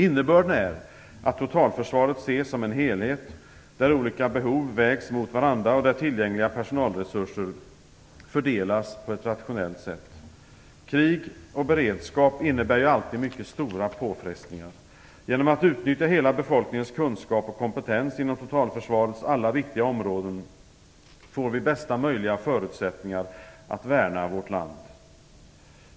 Innebörden är att totalförsvaret ses som en helhet, där olika behov vägs mot varandra och där tillgängliga personalresurser fördelas på ett rationellt sätt. Krig och beredskap innebär alltid mycket stora påfrestningar. Genom att utnyttja hela befolkningens kunskap och kompetens inom totalförsvarets alla viktiga områden, får vi bästa möjliga förutsättningar att värna vårt land.